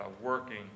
working